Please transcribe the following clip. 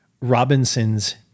Robinson's